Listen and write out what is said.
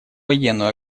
военную